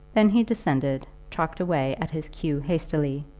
then he descended, chalked away at his cue hastily,